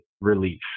relief